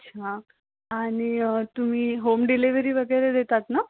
अच्छा आणि तुम्ही होम डिलेव्हरी वगैरे देतात ना